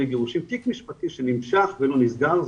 וגירושין תיק משפטי שנמשך ולא נסגר,